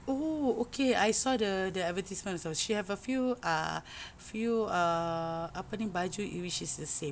oo okay I saw the the advertisement also she have a few uh few uh apa ni baju which is the same